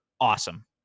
awesome